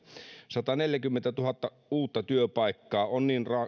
sataneljäkymmentätuhatta uutta työpaikkaa on niin